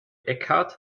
eckhart